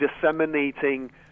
disseminating